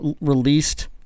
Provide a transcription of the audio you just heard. released